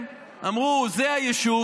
הם אמרו: זה היישוב,